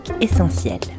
essentielle